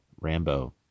Rambo